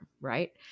right